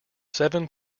seven